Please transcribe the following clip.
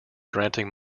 granting